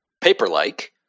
Paper-like